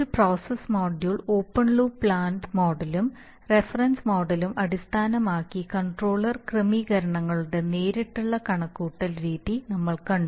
ഒരു process module open loop plant മോഡലും reference മോഡലും അടിസ്ഥാനമാക്കി കൺട്രോളർ ക്രമീകരണങ്ങളുടെ നേരിട്ടുള്ള കണക്കുകൂട്ടൽ രീതി നമ്മൾ കണ്ടു